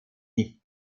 nicht